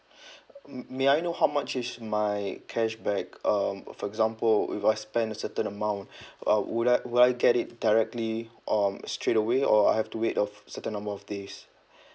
m~ may I know how much is my cashback um for example if I spend a certain amount uh would I would I get it directly um straightaway or I have to wait of certain number of days